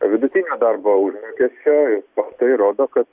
vidutinio darbo užmokesčio ir faktai rodo kad